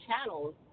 channels